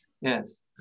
yes